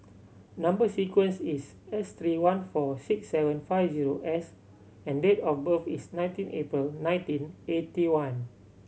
number sequence is S three one four six seven five zero S and date of birth is nineteen April nineteen eighty one